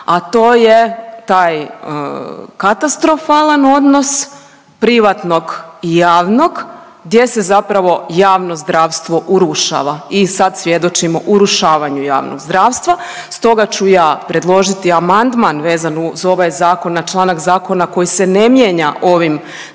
a to je taj katastrofalan odnos privatnog i javnog gdje se zapravo javno zdravstvo urušava i sad svjedočimo urušavanju javnog zdravstva. Stoga ću ja predložiti amandman vezan uz ovaj zakon na članak zakona koji se ne mijenja ovim zakonom,